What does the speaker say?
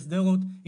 בשדרות,